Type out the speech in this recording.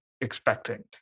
expecting